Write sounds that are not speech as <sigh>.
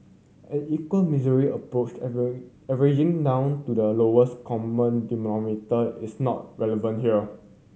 an equal misery approach <unintelligible> averaging down to the lowest common <unintelligible> is not relevant here